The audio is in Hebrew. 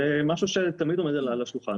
זה משהו שתמיד עומד על השולחן,